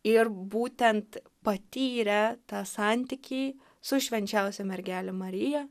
ir būtent patyrę tą santykį su švenčiausia mergele marija